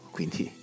Quindi